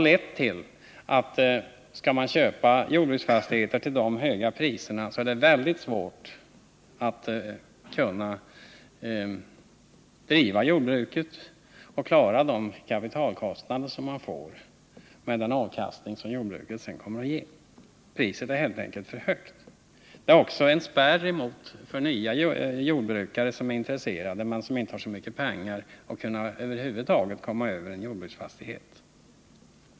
De som köper jordbruksfastigheter till dessa höga priser får det därför väldigt svårt att driva jordbruket och klara kapitalkostnaderna med den avkastning som jordbruken ger. Priserna är helt enkelt för höga. De utgör också en spärr för människor, som är intresserade men inte har så mycket pengar, att komma över en jordbruksfastighet, och det blir då inga nya jordbrukare.